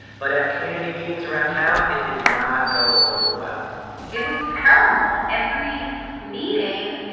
but at community meetings around town, it did not go over well it was terrible. every meeting,